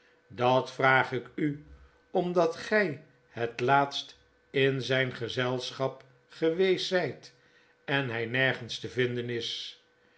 dat vraag ik u omdat gij het laatstinzijn gezelschap geweest zijt en hij nergens te vinden is